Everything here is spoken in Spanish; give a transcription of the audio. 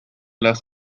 las